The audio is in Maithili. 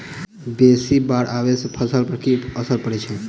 बेसी बाढ़ आबै सँ फसल पर की असर परै छै?